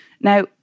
Now